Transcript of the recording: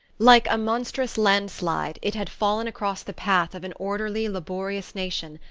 like a monstrous landslide it had fallen across the path of an orderly laborious nation,